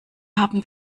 haben